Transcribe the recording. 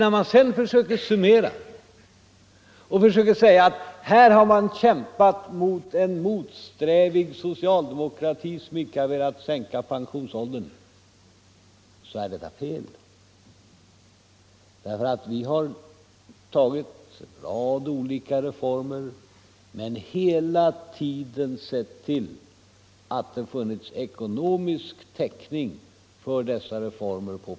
När man söker summera och hävdar att man i femton år kämpat mot en motsträvig socialdemokrati som icke har velat sänka pensionsåldern, så är detta fel. Vi har genomfört en rad olika reformer på pensionsåldersområdet men hela tiden sett till att det funnits ekonomisk täckning för dessa reformer.